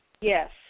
Yes